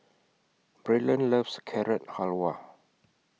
Braylon loves Carrot Halwa